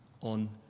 on